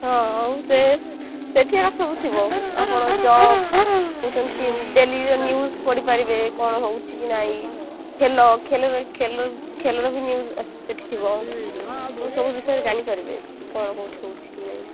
ହଁ ଆଉ ସେ ସେଥିରେ ସବୁ ଥିବ ଆପଣ ଜବ ଡେଲିର ନ୍ୟୁଜ ପଢ଼ିପାରିବେ କଣ ହୋଉଛି କି ନାହିଁ ଖେଳ ଖେଲ ରେ ଖେଲର ଖେଲ ର ବି ନ୍ୟୁଜ ସେଠି ଥିବ ସବୁ ବିଷୟରେ ଜାଣିପାରିବେ କଣ କୋଉଠି ହୋଉଛି କି ନାହିଁ